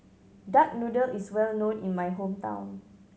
duck noodle is well known in my hometown